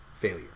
failure